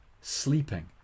sleeping